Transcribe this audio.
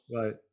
Right